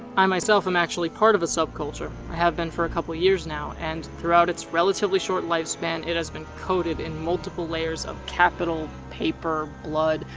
i, myself, am actually part of a subculture. i have been for a couple years now. and, throughout its relatively short life span, it has been coated in multiple layers of capital, paper, blood,